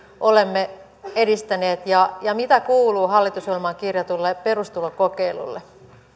olemme edistäneet ja ja mitä kuuluu hallitusohjelmaan kirjatulle perustulokokeilulle